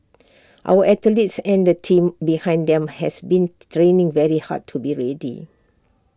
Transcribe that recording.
our athletes and the team behind them has been training very hard to be ready